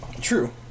True